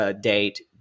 date